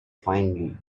finally